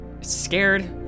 scared